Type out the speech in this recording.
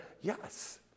Yes